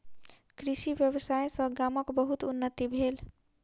कृषि व्यवसाय सॅ गामक बहुत उन्नति भेल